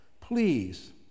please